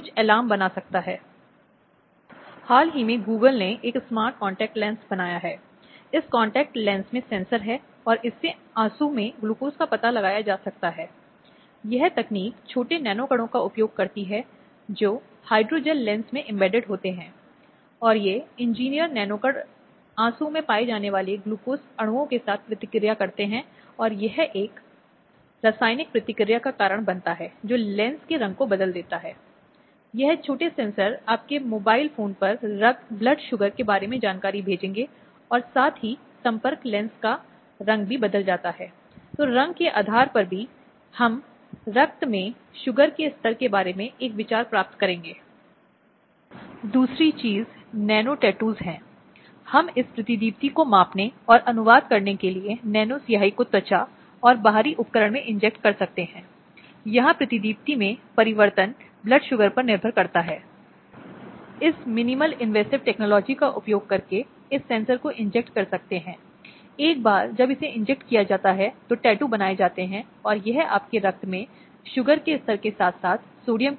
तथ्य यह है कि आदमी पति है तो महत्वपूर्ण हो जाता है और पति होने के नाते आदमी श्रेष्ठ है और अपनी पत्नी पर नियंत्रण और प्रभुत्व कानून के लिए महत्वपूर्ण हो जाता है और यही वह जगह है जहां भारतीय दंड संहिता का निर्माण होता है और यह एक है 1860 का दस्तावेज जो हमें उपनिवेशी आचार्यों द्वारा दिया गया है कई अवसरों में नैतिकता की मौजूदा धारणाओं को दर्शाता है जिसे हम नैतिकता की विक्टोरियन धारणाओं के रूप में कहते हैं जहां एक महिला की शुद्धता उसके उपहार अधिकार और समाज में महिलाओं की